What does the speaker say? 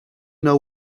know